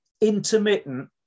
intermittent